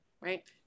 right